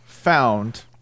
found